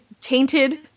tainted